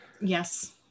Yes